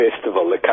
festival